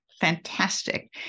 fantastic